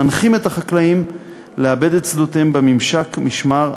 מנחים את החקלאים לעבד את שדותיהם בממשק משמר,